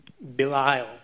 Belial